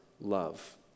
love